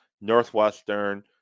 Northwestern